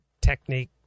technique